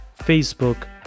Facebook